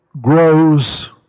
grows